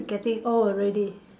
getting old already